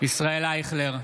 ישראל אייכלר,